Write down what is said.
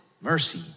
mercy